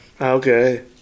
Okay